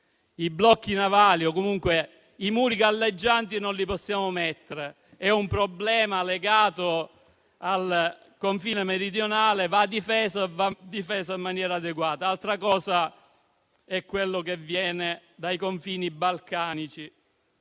I blocchi navali, o comunque i muri galleggianti, non possiamo metterli. È un problema legato al confine meridionale, che va difeso in maniera adeguata. Altra cosa è il problema dei confini balcanici.